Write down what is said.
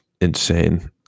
insane